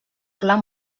clar